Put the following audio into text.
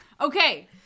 Okay